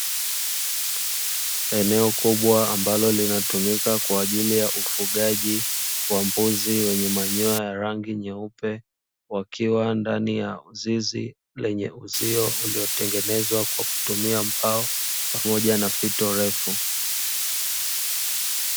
Eneo kubwa, ambalo linatumika kwa ajili ya ufugaji wa mbuzi wenye manyoya ya rangi nyeupe, wakiwa ndani ya zizi lenye uzio uliotengenezwa kwa kutumia mbao pamoja na fito refu.